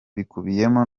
bikubiyemo